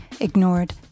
ignored